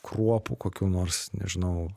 kruopų kokių nors nežinau